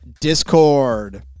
Discord